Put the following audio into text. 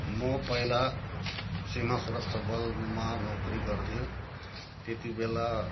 म पहिला सीमा सुरक्षा बलमा नोकरी गर्थेँ त्यति बेला